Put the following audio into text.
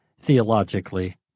theologically